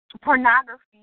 pornography